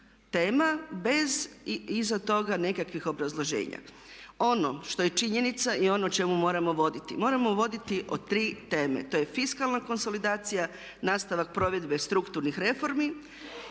tema bez iza toga nekakvih obrazloženja. Ono što je činjenica i ono o čemu moramo voditi. Moramo voditi o tri teme. To je fiskalna konsolidacija, nastavak provedbe strukturnih reformi